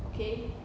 okay